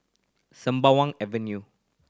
Sembawang Avenue